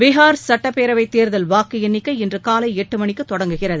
பீகார் சட்டப்பேரவைத் தேர்தல் வாக்கு எண்ணிக்கை இன்றுகாலை எட்டு மணிக்கு தொடங்குகிறது